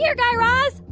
yeah guy raz.